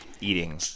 eating